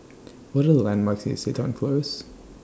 What Are The landmarks near Seton Close